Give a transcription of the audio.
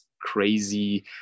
crazy